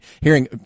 hearing